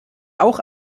auch